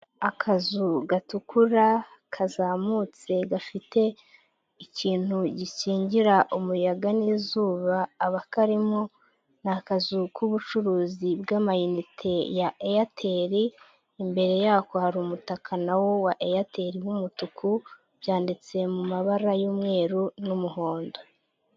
Akazu gatukura kazamutse gafite ikintu gikingira umuyaga n'izubaka abakarimo ni akazu k'ubucuruzi bw'amayinite ya Airtel, imbere yako hari umutaka na wo wa Airtel w'umutuku, byanditse mu mabara y'umweru n'umuhondo.